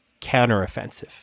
counteroffensive